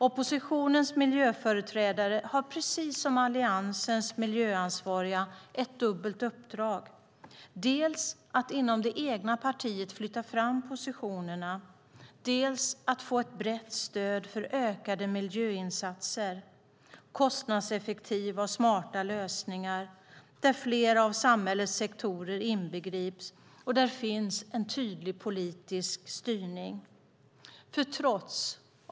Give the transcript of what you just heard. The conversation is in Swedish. Oppositionens miljöföreträdare har precis som Alliansens miljöansvariga ett dubbelt uppdrag, dels att inom det egna partiet flytta fram positionerna, dels att få ett brett stöd för ökade miljöinsatser, kostnadseffektiva och smarta lösningar, där flera av samhällets sektorer inbegrips och där det finns en tydlig politisk styrning.